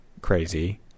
crazy